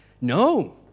No